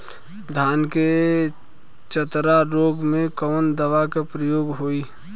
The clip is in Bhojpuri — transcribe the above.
धान के चतरा रोग में कवन दवा के प्रयोग होई?